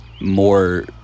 more